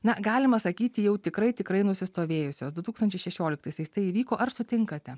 na galima sakyti jau tikrai tikrai nusistovėjusios du tūkstančiai šešioliktaisiais tai įvyko ar sutinkate